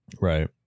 Right